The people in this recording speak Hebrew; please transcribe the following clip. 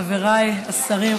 חבריי השרים,